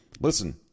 Listen